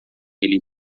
ele